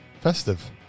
festive